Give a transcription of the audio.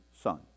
Son